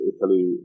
Italy